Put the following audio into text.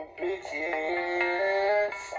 bitches